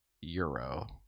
euro